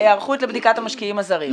היערכות לבדיקת המשקיעים הזרים?